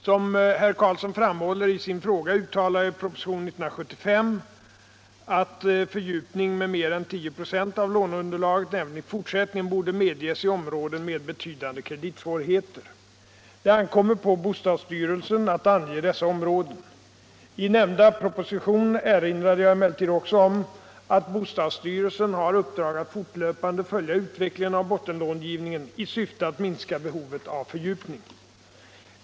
Som herr Karlsson framhåller i sin fråga uttalade jag i propositionen 1975/76:30 att fördjupning med mer än 10 26 av låneunderlaget även i fortsättningen borde medges i områden med betydande kreditsvårigheter. Det ankommer på bostadsstyrelsen att ange dessa områden. I nämnda proposition erinrade jag emellertid också om att bostadsstyrelsen har uppdrag att fortlöpande följa utvecklingen av bottenlångivningen i syfte att minska behovet av fördjupning.